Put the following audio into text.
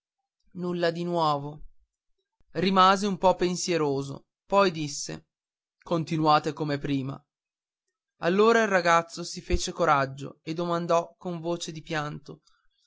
nulla di nuovo rimase un po pensieroso poi disse continuate come prima allora il ragazzo si fece coraggio e domandò con voce di pianto